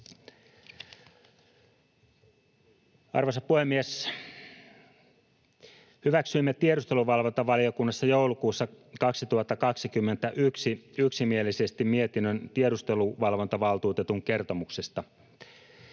Arvoisa puhemies! Hyväksyimme tiedusteluvalvontavaliokunnassa joulukuussa 2021 yksimielisesti mietinnön tiedusteluvalvontavaltuutetun kertomuksesta.